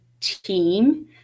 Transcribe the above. team